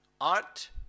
art